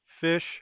fish